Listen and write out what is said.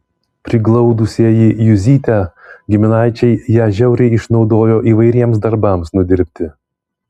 priglaudusieji juzytę giminaičiai ją žiauriai išnaudojo įvairiems darbams nudirbti